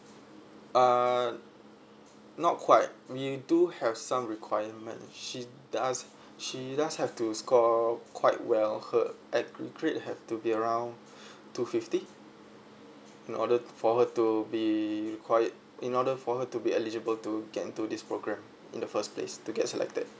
uh not quite we do have some requirement she does she does have to score quite well her at her grade have to be around two fifty in order for her to be required in order for her to be eligible to get into this program in the first place to get selected